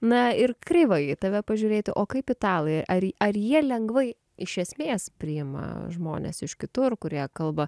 na ir kreivai į tave pažiūrėti o kaip italai ar ar jie lengvai iš esmės priima žmones iš kitų ir kurie kalba